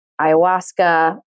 ayahuasca